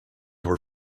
were